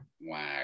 Wow